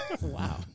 Wow